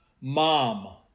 Mom